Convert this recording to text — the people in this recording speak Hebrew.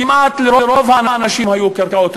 כמעט לרוב האנשים היו קרקעות.